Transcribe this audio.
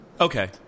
Okay